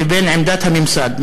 לבין עמדת הממסד,